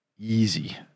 Easy